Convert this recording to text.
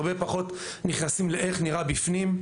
הרבה פחות נכנסים לאיך נראה בפנים,